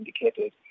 indicated